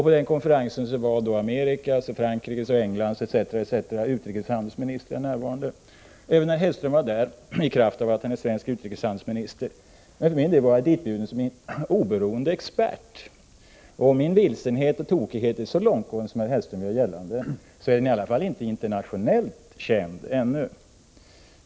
På denna konferens var USA:s, Frankrikes och Englands m.fl. länders utrikesministrar närvarande. Även Mats Hellström var där i kraft av att han är svensk utrikeshandelsminister. Själv var jag ditbjuden såsom oberoende expert. Om min vilsenhet och tokighet är så långtgående som Mats Hellström vill göra gällande, är den i alla fall ännu internationellt okänd.